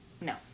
No